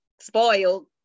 spoiled